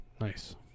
Nice